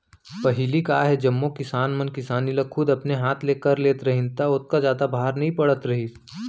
पहिली का हे जम्मो किसान मन किसानी ल खुद अपने हाथ ले कर लेत रहिन त ओतका जादा भार नइ पड़त रहिस